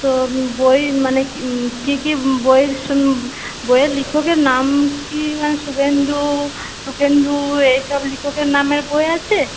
তো বই মানে কি কি বই বইয়ের লেখকের নাম কি মানে শুভেন্দু সুখেন্দু এসব লেখকের নামের বই আছে